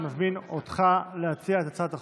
אני מזמין אותך להציע את הצעת החוק.